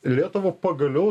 lietuva pagaliau